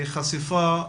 חשיפה,